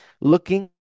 looking